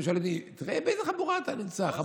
שואלים אותי: תראה באיזה חבורה אתה נמצא?